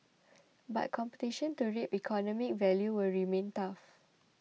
but competition to reap economic value will remain tough